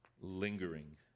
lingering